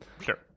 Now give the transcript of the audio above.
Sure